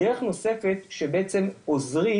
דרך נוספת שבהם בעצם עוזרים,